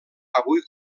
avui